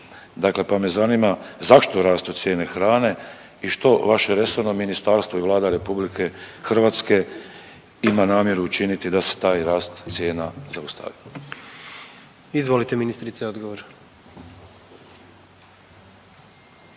dakle pa me zanima zašto rastu cijene hrane i što vaše resorno ministarstvo i Vlada RH ima namjeru učiniti da se taj rast cijena zaustavi. **Jandroković,